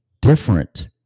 different